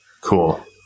cool